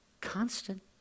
Constant